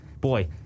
boy